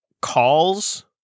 calls